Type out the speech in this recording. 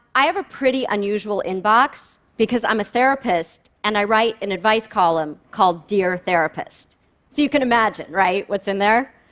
i have a pretty unusual inbox because i'm a therapist and i write an advice column called dear therapist, so you can imagine what's in there.